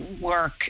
work